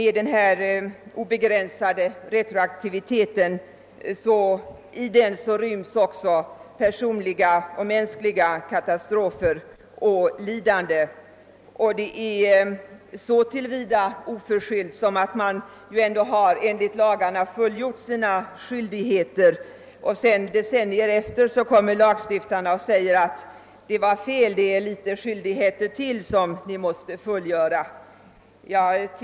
I den obegränsade retro aktiviteten ryms personliga och mänskliga katastrofer och lidanden. Det är så till vida oförskyllt som att man ändå enligt lagen har fullgjort sina skyldigheter. Decennier därefter säger lagstiftarna: Det var fel, det är fler skyldigheter ni måste fullgöra.